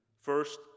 First